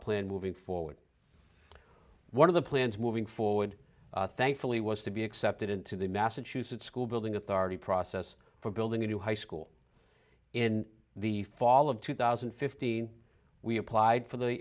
plan moving forward one of the plans moving forward thankfully was to be accepted into the massachusetts school building authority process for building a new high school in the fall of two thousand and fifteen we applied for the